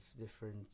different